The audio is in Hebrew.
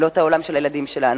ולא את העולם של הילדים שלנו.